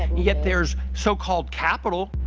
yet there is so called capital.